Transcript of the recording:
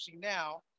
Now